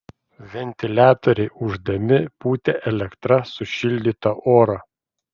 ventiliatoriai ūždami pūtė elektra sušildytą orą